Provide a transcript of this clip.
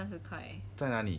在哪里